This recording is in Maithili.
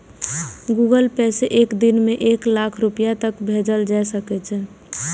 गूगल पे सं एक दिन मे एक लाख रुपैया तक भेजल जा सकै छै